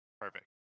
Perfect